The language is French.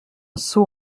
saut